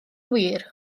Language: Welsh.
wir